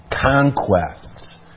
conquests